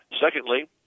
Secondly